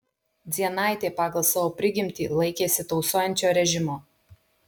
dzienaitė pagal savo prigimtį laikėsi tausojančio režimo